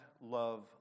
love